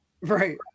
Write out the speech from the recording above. Right